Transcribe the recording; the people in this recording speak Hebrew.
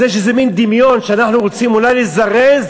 אז יש מן דמיון, שאנחנו רוצים אולי לזרז